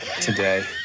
today